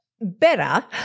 better